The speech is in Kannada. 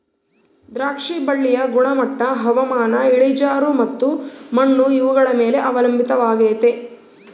ದ್ರಾಕ್ಷಿ ಬಳ್ಳಿಯ ಗುಣಮಟ್ಟ ಹವಾಮಾನ, ಇಳಿಜಾರು ಮತ್ತು ಮಣ್ಣು ಇವುಗಳ ಮೇಲೆ ಅವಲಂಬಿತವಾಗೆತೆ